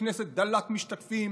בכנסת דלת-משתתפים